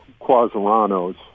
Quasarano's